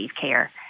care